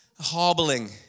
Hobbling